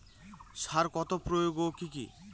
সার কত প্রকার ও কি কি?